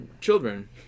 children